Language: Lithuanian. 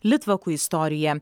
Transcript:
litvakų istoriją